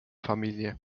familie